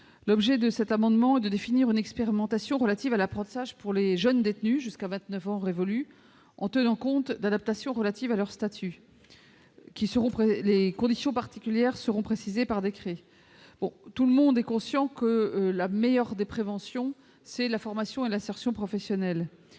L'objet de cet amendement est de définir une expérimentation relative à l'apprentissage pour les jeunes détenus jusqu'à 29 ans révolus, en tenant compte d'adaptations relatives à leur statut. Les conditions particulières seront précisées par décret. Tout le monde est conscient que la meilleure des préventions est la formation et l'insertion professionnelle.